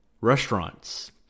Restaurants